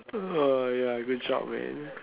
oh ya good job man